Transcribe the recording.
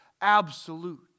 absolute